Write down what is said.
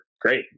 great